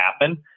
happen